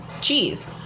cheese